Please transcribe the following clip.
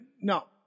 No